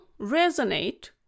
resonate